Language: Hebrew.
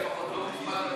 עם כל ההערכה אליך,